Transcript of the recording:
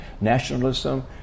nationalism